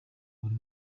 buri